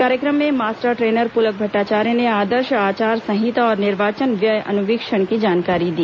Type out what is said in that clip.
कार्यक्रम में master trainer Pulak Bhattacharya ने आदर्श आचार संहिता और निर्वाचन व्यय अनुवीक्षण की जानकारी दी